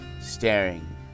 staring